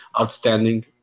outstanding